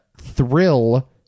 thrill